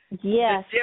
Yes